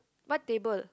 what table